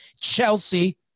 chelsea